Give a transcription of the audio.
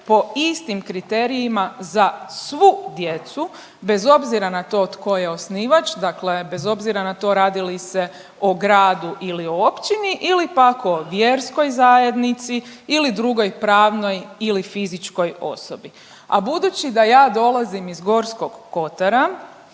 po istim kriterijima za svu djecu, bez obzira na to tko je osnivač, dakle bez obzira na to radi li se o gradu ili općini ili pak o vjerskoj zajednici ili drugoj pravnoj ili fizičkoj osobi, a budući da ja dolazim iz Gorskog kotara,